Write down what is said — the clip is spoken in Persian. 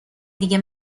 دیگه